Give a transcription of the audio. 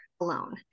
alone